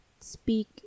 speak